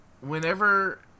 whenever